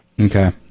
Okay